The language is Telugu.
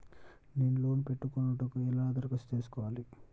నేను లోన్ పెట్టుకొనుటకు ఎలా దరఖాస్తు చేసుకోవాలి?